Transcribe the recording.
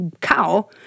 cow